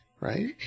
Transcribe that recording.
right